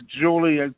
Julie